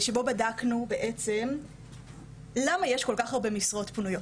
שבו בדקנו בעצם למה יש כל כך הרבה משרות פנויות.